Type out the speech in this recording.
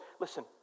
listen